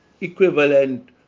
equivalent